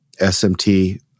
SMT